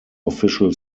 official